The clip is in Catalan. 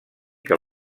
que